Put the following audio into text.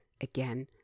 again